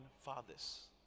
fathers